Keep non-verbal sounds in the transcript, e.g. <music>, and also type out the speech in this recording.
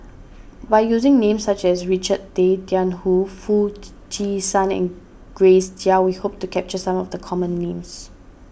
<noise> by using names such as Richard Tay Tian Hoe Foo <unintelligible> Chee San and Grace Chia we hope to capture some of the common names